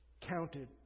counted